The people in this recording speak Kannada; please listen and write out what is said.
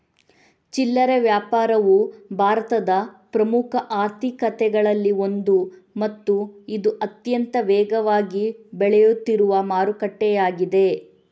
ಚಿಲ್ಲರೆ ವ್ಯಾಪಾರವು ಭಾರತದ ಪ್ರಮುಖ ಆರ್ಥಿಕತೆಗಳಲ್ಲಿ ಒಂದು ಮತ್ತು ಇದು ಅತ್ಯಂತ ವೇಗವಾಗಿ ಬೆಳೆಯುತ್ತಿರುವ ಮಾರುಕಟ್ಟೆಯಾಗಿದೆ